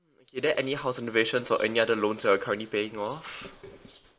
okay then any house renovations or any other loans you're currently paying off